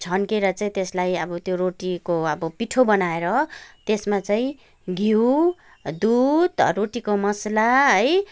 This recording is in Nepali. छन्केर चाहिँ त्यसलाई अब त्यो रोटीको अब पिठो बनाएर त्यसमा चाहिँ घिउ दुधहरू रोटीको मसला है